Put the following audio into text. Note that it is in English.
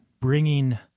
Bringing